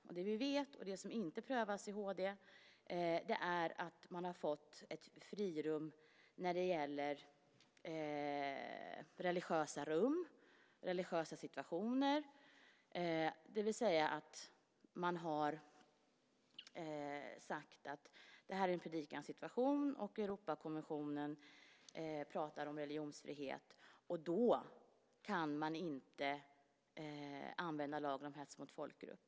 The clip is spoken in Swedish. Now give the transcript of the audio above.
Och det vi vet och som inte prövas i HD är att man har fått frirum när det gäller religiösa rum, religiösa situationer, det vill säga att man har sagt att det här är en predikosituation och att Europakonventionen pratar om religionsfrihet och att man då inte kan använda lagen om hets mot folkgrupp.